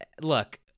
look